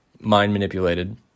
mind-manipulated